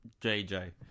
JJ